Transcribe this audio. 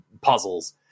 puzzles